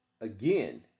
again